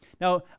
Now